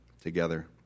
together